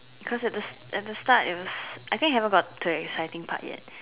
cause at the at the start it was I think haven't got to the excited part yet